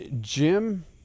Jim